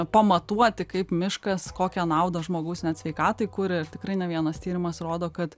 pamatuoti kaip miškas kokią naudą žmogaus net sveikatai kuria ir tikrai ne vienas tyrimas rodo kad